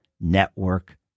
network